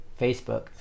Facebook